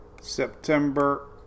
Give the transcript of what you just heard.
September